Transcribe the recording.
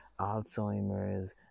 Alzheimer's